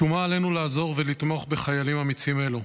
שומה עלינו לעזור, ולתמוך בחיילים אמיצים אלו.